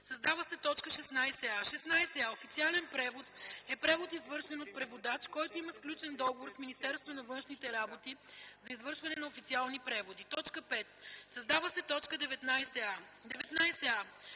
Създава се т. 16а: „16а. „Официален превод” е превод, извършен от преводач, който има сключен договор с Министерството на външните работи за извършване на официални преводи.” 5. Създава се т. 19а: „19а.